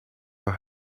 her